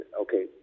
Okay